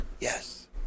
Yes